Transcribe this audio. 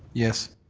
yes.